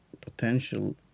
potential